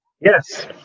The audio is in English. Yes